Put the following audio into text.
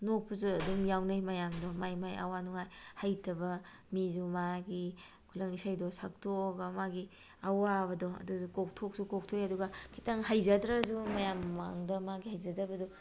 ꯅꯣꯛꯄꯁꯨ ꯑꯗꯨꯝ ꯌꯥꯎꯅꯩ ꯃꯌꯥꯝꯗꯣ ꯃꯥꯏ ꯃꯥꯏ ꯑꯋꯥ ꯅꯨꯡꯉꯥꯏ ꯍꯩꯇꯕ ꯃꯤꯁꯨ ꯃꯥꯒꯤ ꯈꯨꯂꯪ ꯏꯁꯩꯗꯨ ꯁꯛꯇꯣꯛꯑꯒ ꯃꯥꯒꯤ ꯑꯋꯥꯕꯗꯣ ꯑꯗꯨꯗꯣ ꯀꯣꯛꯊꯣꯛꯁꯨ ꯀꯣꯛꯊꯣꯛꯑꯦ ꯑꯗꯨꯒ ꯈꯤꯇꯪ ꯍꯩꯖꯗ꯭ꯔꯁꯨ ꯃꯌꯥꯝ ꯃꯃꯥꯡꯗ ꯃꯥꯒꯤ ꯍꯩꯖꯗꯕꯗꯨ